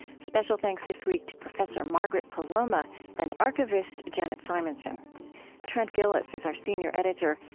special thanks this week to professor margaret poloma and archivist janet simonsen trent gilliss is our senior editor.